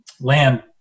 land